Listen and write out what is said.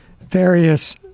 various